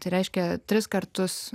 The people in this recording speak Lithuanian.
tai reiškia tris kartus